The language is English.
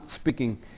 speaking